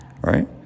right